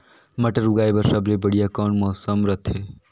मटर उगाय बर सबले बढ़िया कौन मौसम रथे?